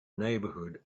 neighbourhood